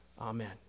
Amen